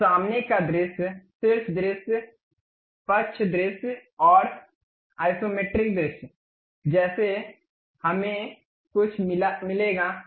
तो सामने का दृश्य शीर्ष दृश्य पक्ष दृश्य और इसोमेट्रिक दृश्य जैसा कुछ हमें मिलेगा